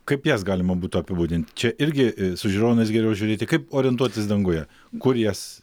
kaip jas galima būtų apibūdint čia irgi su žiūronais geriau žiūrėti kaip orientuotis danguje kur jas